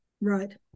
Right